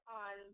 on –